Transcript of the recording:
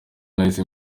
nahise